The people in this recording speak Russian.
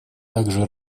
также